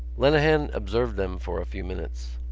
lenehan observed them for a few minutes.